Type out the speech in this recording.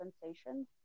sensation